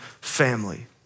family